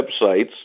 websites